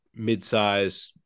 midsize